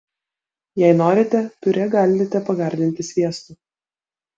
jei norite piurė galite pagardinti sviestu